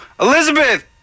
Elizabeth